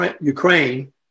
Ukraine